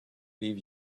leave